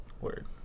word